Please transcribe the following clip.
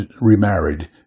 remarried